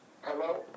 Hello